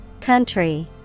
Country